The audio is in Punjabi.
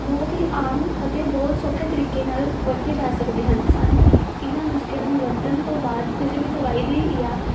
ਬਹੁਤ ਹੀ ਆਮ ਅਤੇ ਬਹੁਤ ਹੀ ਸੋਖੇ ਤਰੀਕੇ ਨਾਲ ਵਰਤੇ ਜਾ ਸਕਦੇ ਹਨ ਸਾਨੂੰ ਇਨ੍ਹਾਂ ਨੁਸਕਿਆਂ ਨੂੰ ਵਰਤਣ ਤੋਂ ਬਾਦ ਕਿਸੇ ਵੀ ਦਵਾਈ ਦੀ ਜਾਂ